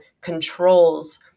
controls